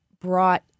brought